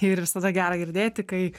ir visada gera girdėti kai